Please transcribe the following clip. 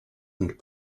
and